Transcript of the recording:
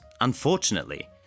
unfortunately